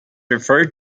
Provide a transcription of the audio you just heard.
referred